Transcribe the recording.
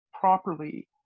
properly